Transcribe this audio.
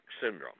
Syndrome